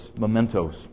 mementos